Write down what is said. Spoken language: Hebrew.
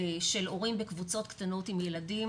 של הורים בקבוצות קטנות עם ילדים,